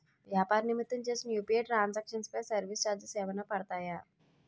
వ్యాపార నిమిత్తం చేసిన యు.పి.ఐ ట్రాన్ సాంక్షన్ పై సర్వీస్ చార్జెస్ ఏమైనా పడతాయా?